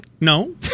No